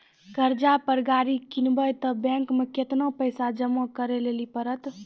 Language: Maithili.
कर्जा पर गाड़ी किनबै तऽ बैंक मे केतना पैसा जमा करे लेली पड़त?